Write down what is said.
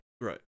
right